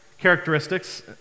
characteristics